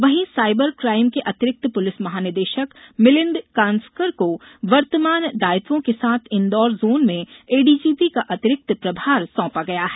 वहीं cyber crime के अतिरिक्त पुलिस महानिदेशक मिलिन्द कानस्कर को वर्तमान दायित्वों के साथ इंदौर जोन में एडीजीपी का अतिरिक्त प्रभार सौंपा गया है